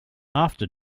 after